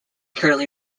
currently